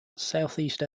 southeast